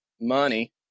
money